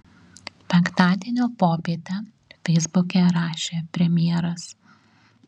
penktadienio popietę feisbuke rašė premjeras